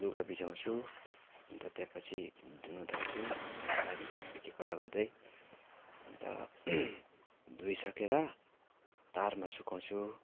लुगा भिजाउँछु अन्त त्यहाँ पछि धुनु थाल्छु बिस्तारै एक एकवटा गर्दै अन्त धोइसकेर तारमा सुकाउँछु